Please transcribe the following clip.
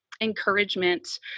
encouragement